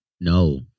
No